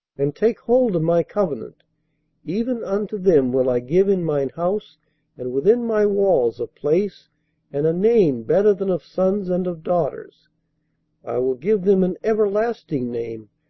and take hold of my covenant even unto them will i give in mine house and within my walls a place and a name better than of sons and of daughters i will give them an everlasting name,